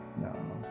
No